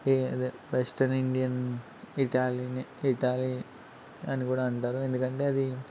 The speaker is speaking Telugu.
అదే వెస్ట్రన్ ఇండియన్ ఇటాలియన్ ఇటాలియన్ అని కూడా అంటారు ఎందుకంటే అది